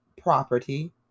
property